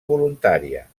voluntària